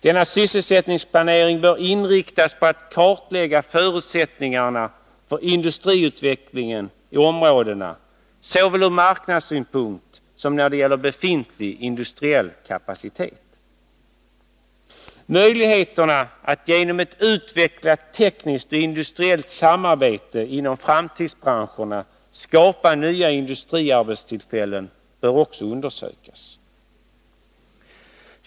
Denna sysselsättningsplanering bör inriktas på att kartlägga förutsättningarna för industriutvecklingen i områdena såväl från marknadssynpunkt som när det gäller befintlig industriell kapacitet. Möjligheterna att genom ett utvecklat tekniskt och industriellt samarbete inom framtidsbranscherna skapa nya industriarbetstillfällen bör också undersökas.